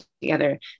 together